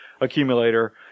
accumulator